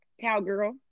Cowgirl